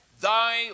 thy